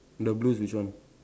the blue is which one